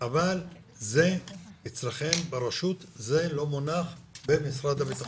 אבל זה אצלכם ברשות, זה לא מונח במשרד הבטחון.